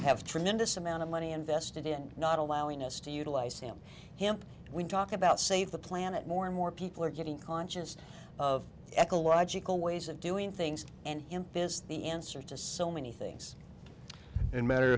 have tremendous amount of money invested in not allowing us to utilize sam here we talk about save the planet more and more people are getting conscious of ecological ways of doing things and imp is the answer to so many things in matter